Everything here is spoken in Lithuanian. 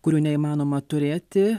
kurių neįmanoma turėti